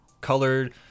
colored